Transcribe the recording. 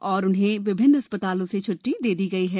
और उन्हें विभिन्न अस्पतालों से छुट्टी दे दी गई है